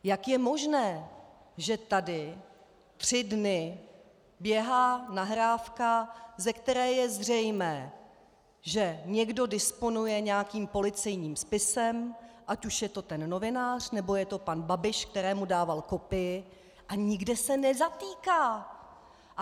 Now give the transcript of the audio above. Jak je možné, že tady tři dny běhá nahrávka, ze které je zřejmé, že někdo disponuje nějakým policejním spisem, ať už je to ten novinář, nebo je to pan Babiš, kterému dával kopii, a nikde se nezatýká?